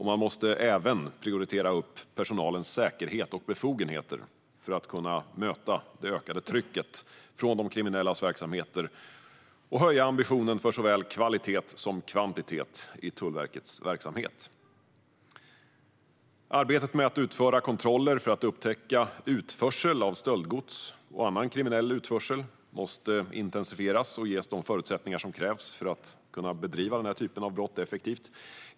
Man måste även prioritera upp personalens säkerhet och befogenheter för att kunna möta det ökade trycket från de kriminellas verksamheter och höja ambitionen för såväl kvalitet som kvantitet i Tullverkets verksamhet. Arbetet med att utföra kontroller för att upptäcka utförsel av stöldgods och annan kriminell utförsel måste intensifieras och ges de förutsättningar som krävs för att denna typ av brott ska kunna beivras effektivt.